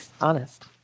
honest